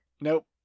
Nope